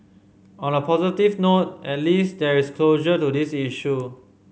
on a positive note at least there is closure to this issue